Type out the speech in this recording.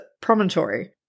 Promontory